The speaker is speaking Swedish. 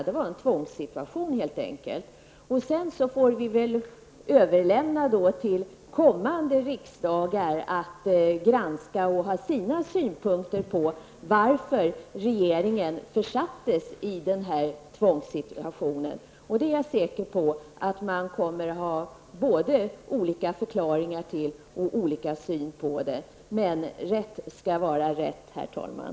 Det var helt enkelt en tvångssituation. Vi får väl överlämna till kommande riksdagar att granska och ha sina synpunkter på varför regeringen försattes i denna tvångssituation. Jag är säker på att man kommer att ha både olika förklaringar till det och olika synpunkter på det. Men rätt skall vara rätt, herr talman.